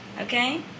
Okay